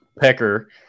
Pecker